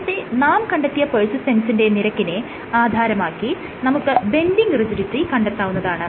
നേരത്തെ നാം കണ്ടെത്തിയ പെർസിസ്റ്റൻസിന്റെ നിരക്കിനെ ആധാരമാക്കി നമുക്ക് ബെൻഡിങ് റിജിഡിറ്റി കണ്ടെത്താവുന്നതാണ്